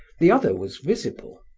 the other was visible,